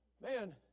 man